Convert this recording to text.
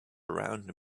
around